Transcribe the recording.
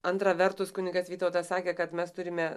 antra vertus kunigas vytautas sakė kad mes turime